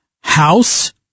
house